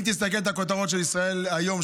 אם תסתכל על הכותרות מאתמול של ישראל היום,